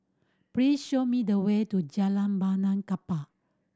please show me the way to Jalan Benaan Kapal